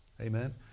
Amen